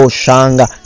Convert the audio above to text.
shanga